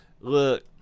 Look